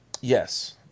Yes